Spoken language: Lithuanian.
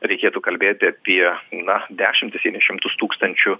reikėtų kalbėti apie na dešimtis jei ne šimtus tūkstančių